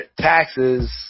taxes